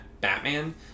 Batman